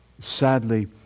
Sadly